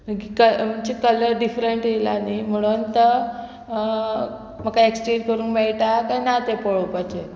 colour different येयला न्ही म्हणून तो म्हाका एक्सचेंज करूंक मेळटा काय ना तें पळोवपाचें